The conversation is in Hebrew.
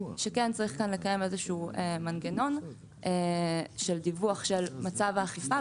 שכן צריך כאן לקיים איזשהו מנגנון דיווח של מצב האכיפה.